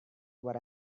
what